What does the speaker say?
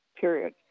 period